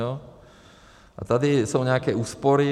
A tady jsou nějaké úspory.